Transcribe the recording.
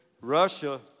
Russia